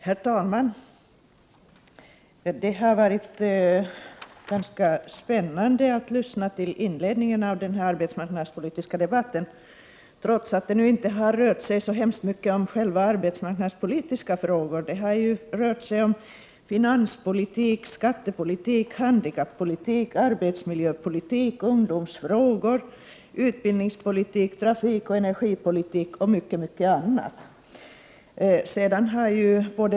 Herr talman! Det har varit ganska spännande att lyssna på inledningen av denna arbetsmarknadspolitiska debatt, trots att den inte har rört sig särskilt mycket om arbetsmarknadspolitiska frågor. Debatten har rört sig om finanspolitik, skattepolitik, handikappolitik, arbetsmiljöpolitik, ungdomsfrågor, utbildningspolitik, trafikoch energipolitik och mycket annat.